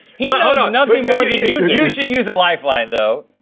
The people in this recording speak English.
he knows nothing more than you do. you should use a lifeline, though.